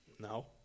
No